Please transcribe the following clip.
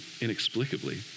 inexplicably